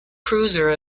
cruiser